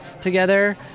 together